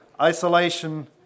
Isolation